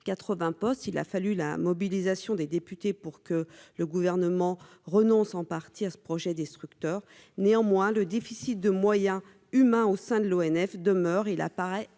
80 postes, il a fallu la mobilisation des députés pour que le gouvernement renonce en partie à ce projet destructeur néanmoins le déficit de moyens humains au sein de l'ONF demeure, il apparaît